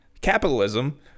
capitalism